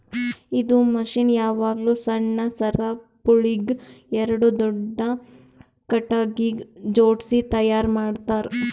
ಇದು ಮಷೀನ್ ಯಾವಾಗ್ಲೂ ಸಣ್ಣ ಸರಪುಳಿಗ್ ಎರಡು ದೊಡ್ಡ ಖಟಗಿಗ್ ಜೋಡ್ಸಿ ತೈಯಾರ್ ಮಾಡ್ತರ್